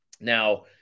Now